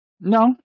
No